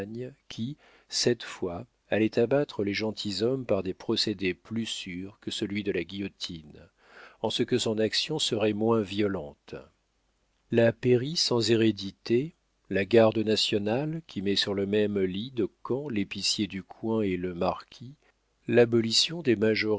qui cette fois allait abattre les gentilshommes par des procédés plus sûrs que celui de la guillotine en ce que son action serait moins violente la pairie sans hérédité la garde nationale qui met sur le même lit de camp l'épicier du coin et le marquis l'abolition des majorats